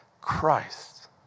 Christ